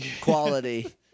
quality